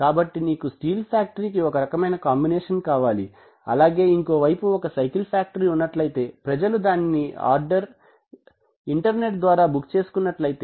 కాబట్టి నీకు steel factory కి ఒక రకమైన కాంబినేషన్ కావాలి అలాగే ఇంకో వైపు నీకు ఒక సైకిల్ ఫ్యాక్టరీ ఉన్నట్టయితే ప్రజలు దానికి ఆర్డర్ ఇంటర్నెట్ ద్వారా బుక్ చేసుకున్నట్లయితే